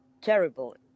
terrible